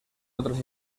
otras